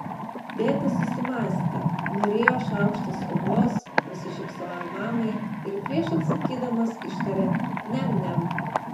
tėtis susimąstė nurijo šaukštą sriubos nusišypsojo mamai ir prieš atsakydamas ištarė niam niam